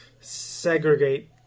segregate